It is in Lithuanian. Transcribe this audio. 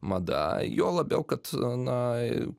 mada juo labiau kad na